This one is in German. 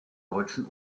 deutschen